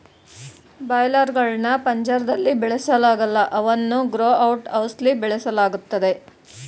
boiler ಗಳ್ನ ಪಂಜರ್ದಲ್ಲಿ ಬೆಳೆಸಲಾಗಲ್ಲ ಅವನ್ನು ಗ್ರೋ ಔಟ್ ಹೌಸ್ಲಿ ಬೆಳೆಸಲಾಗ್ತದೆ